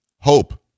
HOPE